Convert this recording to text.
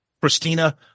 Christina